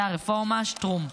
זה הרפורמה, שטרום.